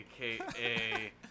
aka